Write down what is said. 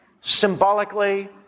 Symbolically